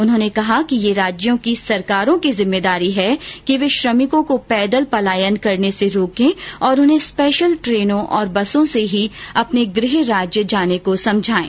उन्होंने कहा कि यह राज्यों सरकारों की जिम्मेदारी है कि वे श्रमिकों को पैदल पलायन करने से रोके और उन्हें स्पेशल ट्रेनों और बसों से ही अपने गृह राज्य जाने के लिए समझाये